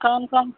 कौन कौन